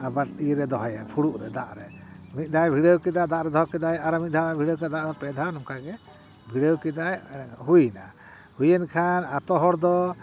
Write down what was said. ᱟᱵᱟᱨ ᱤᱭᱟᱹᱨᱮ ᱫᱚᱦᱚᱭᱟ ᱯᱷᱩᱲᱩᱜ ᱨᱮ ᱫᱟᱜ ᱨᱮ ᱢᱤᱫ ᱫᱷᱟᱣᱮ ᱵᱷᱤᱲᱟᱹᱣ ᱠᱮᱫᱟ ᱫᱟᱜ ᱨᱮ ᱫᱚᱦᱚ ᱠᱮᱫᱟᱭ ᱟᱨᱚ ᱢᱤᱫᱫᱷᱟᱣᱮ ᱵᱷᱤᱲᱟᱹᱣ ᱠᱮᱫᱟᱭ ᱫᱟᱜ ᱨᱮ ᱯᱮᱫᱷᱟᱣ ᱱᱚᱝᱠᱟᱜᱮ ᱵᱷᱤᱲᱟᱹᱣ ᱠᱮᱫᱟᱭ ᱦᱩᱭᱱᱟ ᱦᱩᱭᱮᱱ ᱠᱷᱟᱱ ᱟᱛᱳ ᱦᱚᱲ ᱫᱚ